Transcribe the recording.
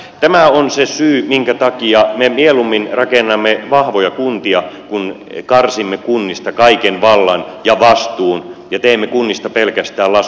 tämä on se syy minkä takia me mieluummin rakennamme vahvoja kuntia kuin karsimme kunnista kaiken vallan ja vastuun ja teemme kunnista pelkästään laskun maksajia